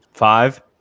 Five